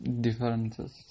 differences